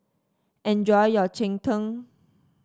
enjoy your Cheng Tng